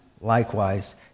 likewise